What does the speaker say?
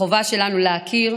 החובה שלנו היא להכיר,